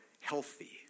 healthy